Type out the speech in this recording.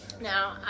Now